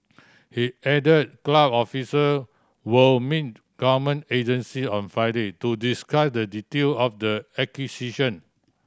he added club official will meet government agency on Friday to discuss the detail of the acquisition